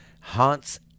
haunts